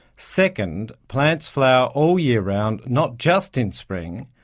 second, plants flower all year round, not just in spring,